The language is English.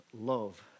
love